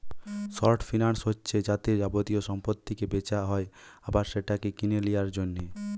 short finance হচ্ছে যাতে যাবতীয় সম্পত্তিকে বেচা হয় আবার সেটাকে কিনে লিয়ার জন্যে